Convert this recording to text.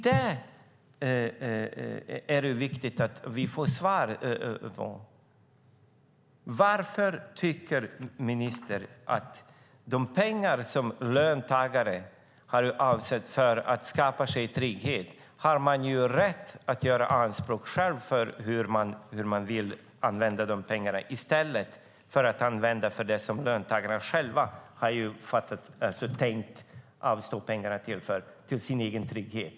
Det är viktigt att vi får svar på detta. Varför tycker ministern att man har rätt att göra anspråk på och avgöra hur man vill använda de pengar löntagarna har avsatt för att skapa sig trygghet, i stället för att använda dem till det löntagarna själva hade tänkt avstå pengarna till - sin egen trygghet?